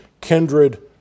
kindred